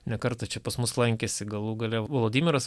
ne kartą čia pas mus lankėsi galų gale vladimiras